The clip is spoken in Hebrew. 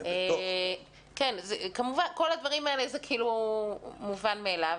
כל הדברים האלה זה מובן מאליו,